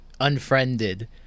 Unfriended